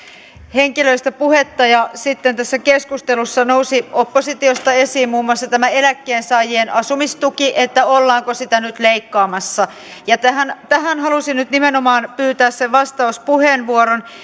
henkilöistä puhetta ja sitten tässä keskustelussa nousi oppositiosta esiin muun muassa tämä eläkkeensaajien asumistuki että ollaanko sitä nyt leikkaamassa ja tähän halusin nyt nimenomaan pyytää vastauspuheenvuoron